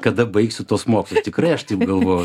kada baigsiu tuos mokslus tikrai aš taip galvojau